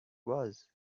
was